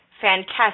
fantastic